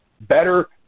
better